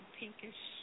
pinkish